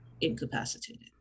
incapacitated